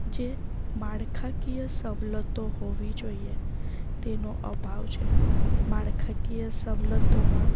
જે માળખાકીય સવલતો હોવી જોઈએ તેનો અભાવ છે માળખાકીય સવલતોમાં